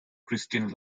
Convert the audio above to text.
christine